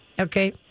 Okay